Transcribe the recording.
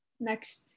next